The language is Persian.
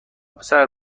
پسر